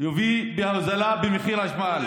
יביא להורדה במחיר החשמל.